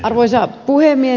arvoisa puhemies